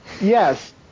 Yes